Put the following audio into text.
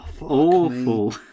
awful